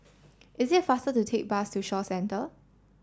is it faster to take bus to Shaw Centre